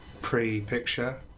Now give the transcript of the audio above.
pre-picture